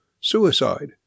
Suicide